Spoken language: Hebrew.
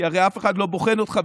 כי הרי אף אחד לא בוחן אותך,